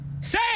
Say